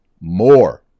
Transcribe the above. more